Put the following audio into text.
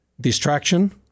distraction